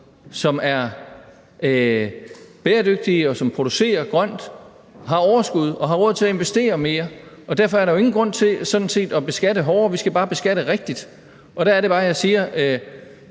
som er bæredygtige, og som producerer grønt, har overskud og har råd til at investere mere. Derfor er der sådan set ingen grund til at beskatte hårdere. Vi skal beskatte rigtigt. Der er det bare, jeg siger,